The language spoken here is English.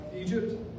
Egypt